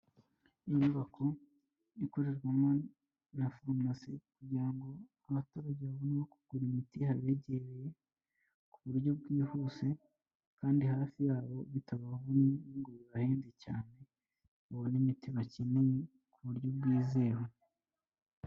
Inyubako ikorerwamo na farumasi, kugira ngo abaturage babone kugura imiti habegereye ku buryo bwihuse kandi hafi y'abo bitabavunye ngo bibahende cyane, babone imiti bakeneye ku buryo bwizewe.